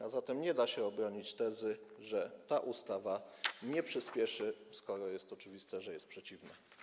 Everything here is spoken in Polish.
A zatem nie da się obronić tezy, że ta ustawa tego nie przyspieszy, skoro jest oczywiste, że jest przeciwnie.